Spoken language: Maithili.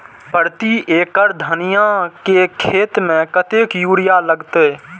प्रति एकड़ धनिया के खेत में कतेक यूरिया लगते?